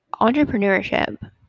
entrepreneurship